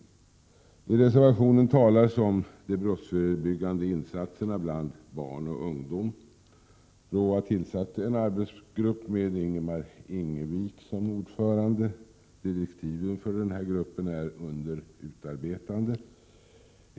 I reservationen talas om de brottsförebyggande insatserna bland barn och ungdom. BRÅ har tillsatt en arbetsgrupp med Ingemar Ingevik som ordförande. Direktiven för denna grupp är under utarbetande.